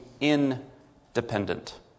independent